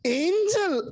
angel